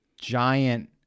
giant